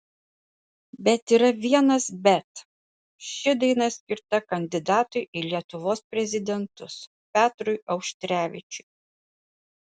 bet yra vienas bet ši daina skirta kandidatui į lietuvos prezidentus petrui auštrevičiui